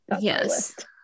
yes